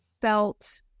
felt